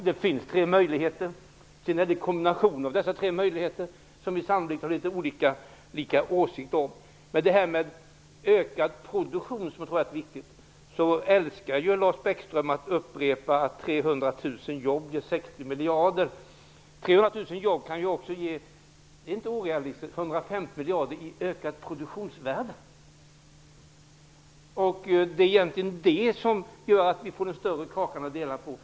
Det finns tre möjligheter, och det är kombinationen av dessa tre möjligheter som det finns olika åsikter om. När det gäller ökad produktion, som jag tror är viktigt, älskar Lars Bäckström att upprepa att 30000 nya jobb ger 60 miljarder. Det är inte orealistiskt att 300 000 jobb kan ge 150 miljarder i ökat produktionsvärde. Det är egentligen detta som gör att vi får en större kaka att dela på.